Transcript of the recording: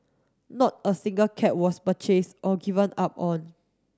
not a single cat was purchased or given up on